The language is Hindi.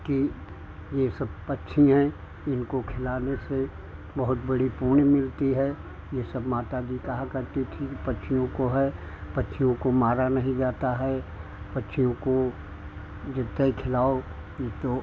कि यह सब पक्षी हैं इनको खिलाने से बहुत बड़ी पुण्य मिलती है यह सब माता जी कहा करती थी कि पक्षियों को है पक्षियों को मारा नहीं जाता है पक्षियों को जितना खिलाओ यह तो